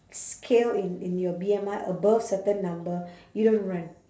scale in in your B_M_I above certain number you don't run